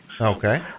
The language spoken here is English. Okay